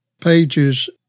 pages